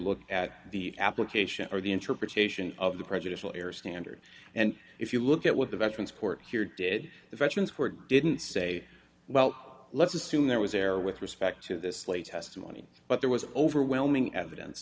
look at the application or the interpretation of the prejudicial air standard and if you look at what the veterans court here did the veterans were didn't say well let's assume there was error with respect to this latest money but there was overwhelming evidence